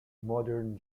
modern